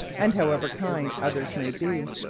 and however kind others may be,